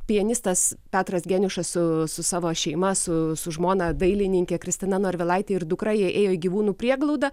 pianistas petras geniušas su su savo šeima su su žmona dailininke kristina norvilaite ir dukra jie ėjo į gyvūnų prieglaudą